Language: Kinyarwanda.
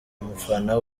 umufana